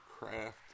craft